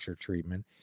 treatment